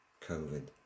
COVID